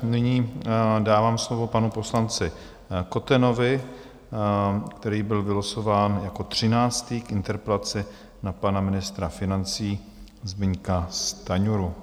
Nyní dávám slovo panu poslanci Kotenovi, který byl vylosován jako třináctý k interpelaci na pana ministra financí Zbyňka Stanjuru.